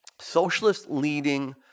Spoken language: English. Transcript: socialist-leading